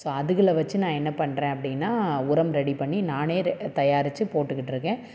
so அதுகளை வச்சு நான் என்ன பண்றேன் அப்படின்னா உரம் ரெடி பண்ணி நானே தயாரிச்சு போட்டுகிட்டிருக்கேன்